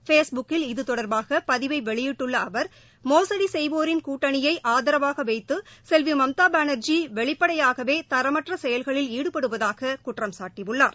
ஸ்பேஷ் புக்கில் இது தொடா்பாக பதிவை வெளியிட்டுள்ள அவா் மோசடி செய்வோரின் கூட்டனியை ஆதரவாக வைத்து செல்வி மம்தா பானர்ஜி வெளிப்படையாகவே தரமற்ற செயல்களில் ஈடுபடுவதாகக் குற்றம்சாட்டியுள்ளார்